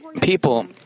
people